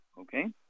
Okay